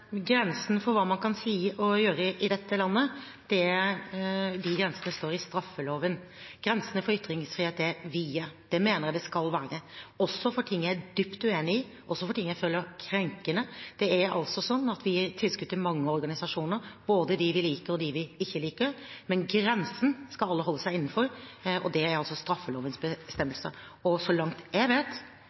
for hva man kan si og gjøre i dette landet, står i straffeloven. Grensene for ytringsfrihet er vide. Det mener jeg de skal være, også for ting jeg er dypt uenig i, også for ting jeg føler er krenkende. Det er altså sånn at vi gir tilskudd til mange organisasjoner, både dem vi liker, og dem vi ikke liker, men grensen skal alle holde seg innenfor, og det er altså straffelovens bestemmelser. Så langt jeg vet,